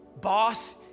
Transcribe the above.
boss